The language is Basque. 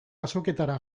azoketara